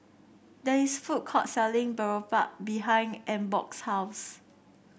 there is a food court selling Boribap behind Ingeborg's house